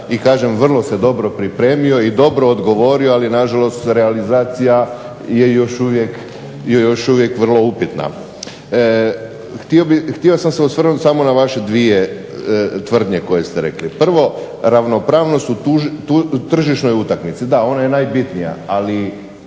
i kažem vrlo se dobro pripremio i dobro odgovorio, ali nažalost realizacija je još uvijek vrlo upitna. Htio sam se osvrnuti na vaše dvije tvrdnje koje ste rekli. Prvo, ravnopravnost u tržišnoj utakmici, da ona je najbitnija, ali